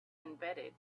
embedded